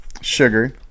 Sugar